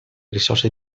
risorse